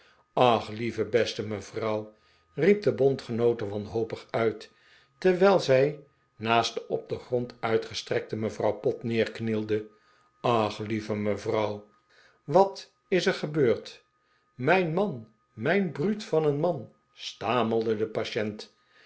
ach lieve beste mevrouw riep de bondgenoote wanhopig uit terwijl zij naest de op den grond uitgestrekte mevrouw pott neerknielde ach lieve mevrouw wat is er gebeurd mijn man mijn bruut van een man stamelde de patiente